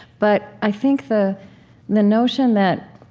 but i think the the notion that